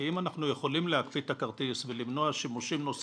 כי אם אנחנו להפעיל את הכרטיס ולמנוע שימושים נוספים,